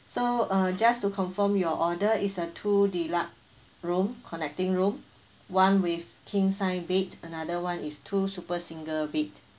so uh just to confirm your order is a two deluxe room connecting room one with king size bed another one is two super single bed